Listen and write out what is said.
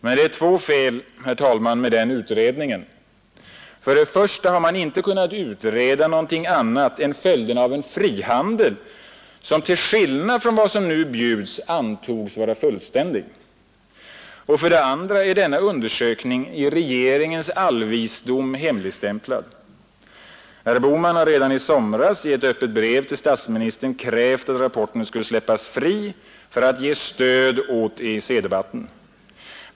Men det är två fel, herr talman, med den utredningen. För det första har man inte kunnat utreda något annat än följderna av en frihandel, som till skillnad från vad som nu bjuds antogs vara fullständig. För det andra är denna undersökning på grund av regeringens allvisdom hemligstämplad. Herr Bohman har redan i somras i ett öppet brev till statsministern krävt att rapporten skulle släppas fri för att ge stöd åt EEC-debatten.